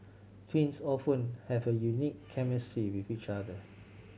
twins often have a unique chemistry with each other